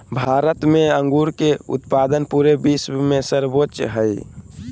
भारत में अंगूर के उत्पाद पूरे विश्व में सर्वोच्च हइ